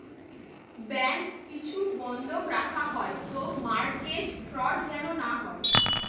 bank কিছু বন্ধক রাখা হয় তো মর্টগেজ ফ্রড যেন না হয়